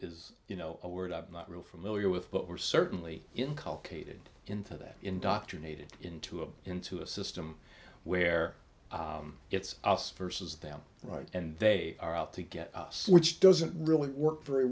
is you know a word i'm not real familiar with but we're certainly inculpated into that indoctrinated into a into a system where it's us versus them right and they are out to get us which doesn't really work very